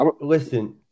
Listen